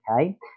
okay